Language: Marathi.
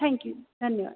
थॅंक्यू धन्यवाद